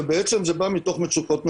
ובעצם זה בא מתוך מצוקות נפשיות.